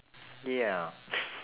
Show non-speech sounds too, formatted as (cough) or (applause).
ya (noise)